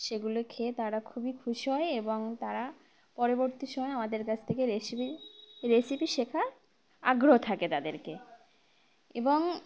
সেগুলো খেয়ে তারা খুবই খুশি হয় এবং তারা পরবর্তী সময় আমাদের কাছ থেকে রেসিপি রেসিপি শেখার আগ্রহ থাকে তাদেরকে এবং